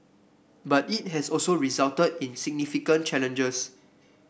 but it has also resulted in significant challenges